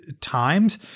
times